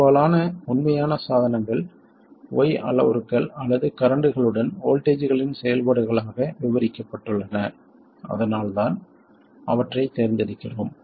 பெரும்பாலான உண்மையான சாதனங்கள் y அளவுருக்கள் அல்லது கரண்ட்களுடன் வோல்ட்டேஜ்களின் செயல்பாடுகளாக விவரிக்கப்பட்டுள்ளன அதனால்தான் அவற்றைத் தேர்ந்தெடுக்கிறோம்